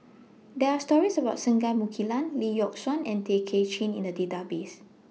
There Are stories about Singai Mukilan Lee Yock Suan and Tay Kay Chin in The Database